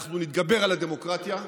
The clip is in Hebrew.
אנחנו נתגבר על הדמוקרטיה,